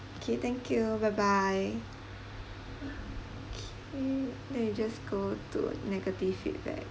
okay thank you bye bye okay then we just go to negative feedback